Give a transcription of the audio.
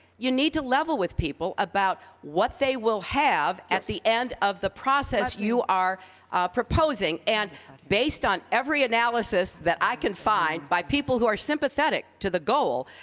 you need to level with people about what they will have at the end of the process you are proposing. and based on every analysis that i can find by people who are sympathetic to the goal,